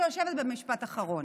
משפט אחרון.